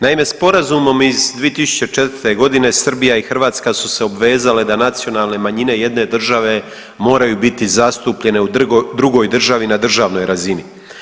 Naime, sporazumom iz 2004. godine Srbija i Hrvatska su se obvezale da nacionalne manjine jedne države moraju biti zastupljene u drugoj državi na državnoj razini.